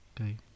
Okay